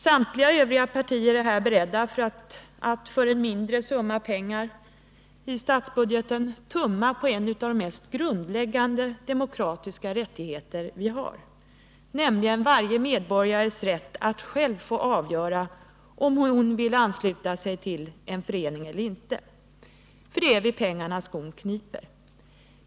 Samtliga övriga partier är här beredda att för en mindre summa pengar i statsbudgeten tumma på en av våra mest grundläggande demokratiska rättigheter, nämligen varje medborgares rätt att själv få avgöra om han eller hon vill ansluta sig till en förening eller inte. För det är vid pengarna skon kniper.